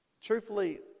truthfully